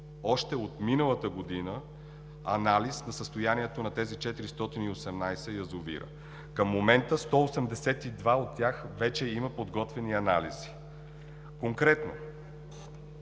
още от миналата година анализ на състоянието на тези 418 язовира. Към момента 182 от тях вече имат подготвени анализи. Конкретно,